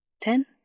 Ten